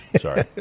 Sorry